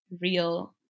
real